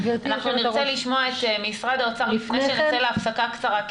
אנחנו נרצה לשמוע את משרד האוצר לפני שנצא להפסקה קצרה,